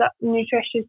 nutritious